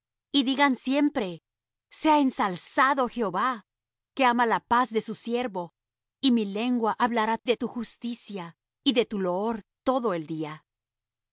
y digan siempre sea ensalzado jehová que ama la paz de su siervo y mi lengua hablará de tu justicia y de tu loor todo el día al